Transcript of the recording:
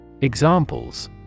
Examples